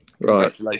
Right